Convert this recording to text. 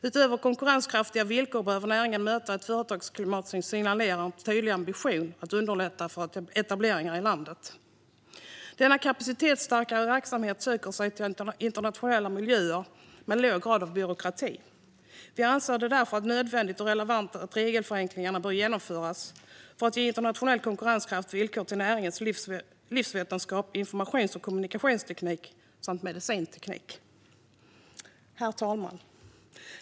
Utöver konkurrenskraftiga villkor behöver näringen möta ett företagsklimat som signalerar en tydlig ambition att underlätta för etableringar i landet. Denna kapacitetsstarka verksamhet söker sig till internationella miljöer med låg grad av byråkrati. Vi anser därför att nödvändiga och relevanta regelförenklingar bör genomföras för att ge internationellt konkurrenskraftiga villkor för näringar som livsvetenskap, informations och kommunikationsteknik samt medicinteknik. Herr talman!